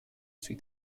sui